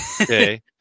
okay